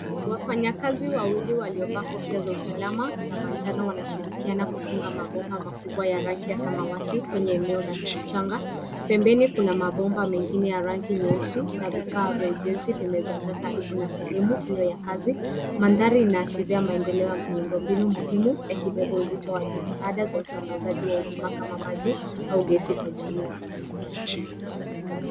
Wafanyakazi wawili waliovaa kofia za usalama za manjano wanashirikiana kufunga mabomba makubwa ya rangi ya samawati kwenye eneo la mchanga. Pembeni kuna mabomba mengine ya rangi nyeusi na vifaa vya ujenzi vimezagaa karibu na sehemu hiyo ya kazi. Mandhari inaashiria maendeleo miundombinu muhimu yakibeba uzito wa jitihada za usambazaji wa huduma kama maji au gesi kwa jamii.